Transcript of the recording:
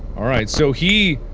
alright so he,